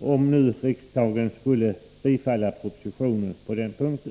om nu riksdagen skulle bifalla propositionen på denna punkt.